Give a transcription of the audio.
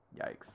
yikes